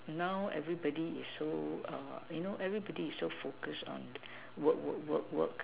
now everybody is so err you know everybody is so focused on work work work work